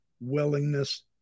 willingness